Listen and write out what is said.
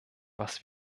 was